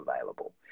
available